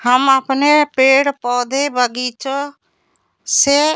हम अपने पेड़ पौधे बग़ीचों से